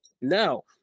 now